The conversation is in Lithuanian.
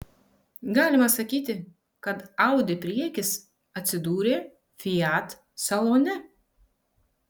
galima sakyti kad audi priekis atsidūrė fiat salone